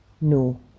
No